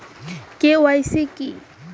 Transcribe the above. KYC কী?